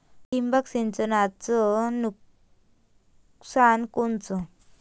ठिबक सिंचनचं नुकसान कोनचं?